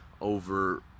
over